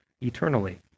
eternally